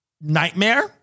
nightmare